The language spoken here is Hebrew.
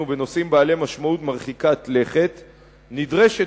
בנושאים בעלי משמעות מרחיקת לכת נדרשת,